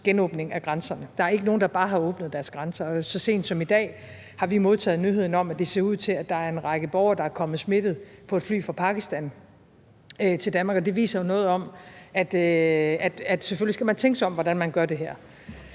genåbning af grænserne. Der er ikke nogen, der bare har åbnet deres grænser, og så sent som i dag har vi modtaget nyheden om, at det ser ud til, at der er en række borgere, der er kommet smittede på et fly fra Pakistan til Danmark. Og det viser jo noget om, at selvfølgelig skal man tænke sig om, i forhold til hvordan man gør det her.